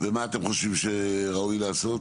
ומה אתם חשובים שראוי לעשות?